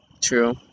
true